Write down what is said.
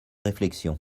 réflexions